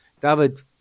David